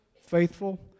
faithful